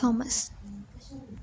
thomas